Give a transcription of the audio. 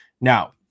Now